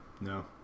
No